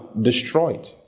destroyed